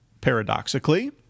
Paradoxically